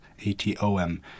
A-T-O-M